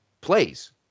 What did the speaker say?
plays